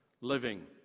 living